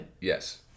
Yes